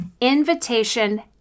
invitation